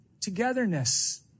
togetherness